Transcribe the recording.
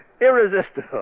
irresistible